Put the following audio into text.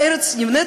הארץ נבנית,